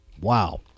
Wow